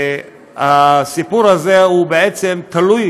והסיפור הזה בעצם תלוי